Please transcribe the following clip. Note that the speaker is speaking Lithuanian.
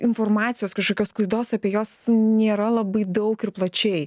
informacijos kažkokios sklaidos apie jas nėra labai daug ir plačiai